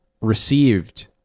Received